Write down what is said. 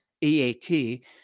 EAT